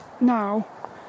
now